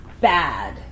bad